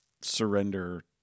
surrender